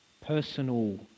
personal